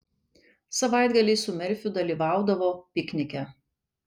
savaitgaliais su merfiu dalyvaudavo piknike